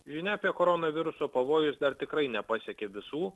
žinia apie koronaviruso pavojų jus dar tikrai nepasiekė visų